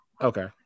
Okay